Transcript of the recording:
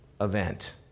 event